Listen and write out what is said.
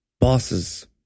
bosses